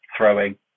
throwing